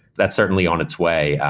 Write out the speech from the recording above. that's certainly on its way,